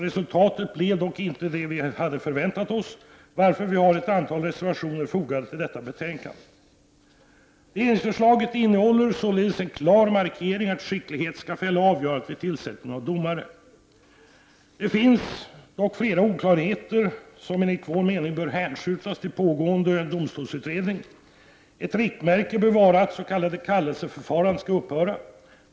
Resultatet blev dock inte det vi hade förväntat oss, varför vi har ett antal reservationer fogade till betänkandet. Regeringsförslaget innehåller en klar markering att skicklighet skall fälla avgörandet vid tillsättning av domare. Det finns dock flera oklarheter som enligt vår mening bör hänskjutas till den pågående domstolsutredningen. Ett riktmärke bör vara att det s.k. kallelseförfarandet skall upphöra.